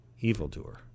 Evildoer